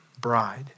bride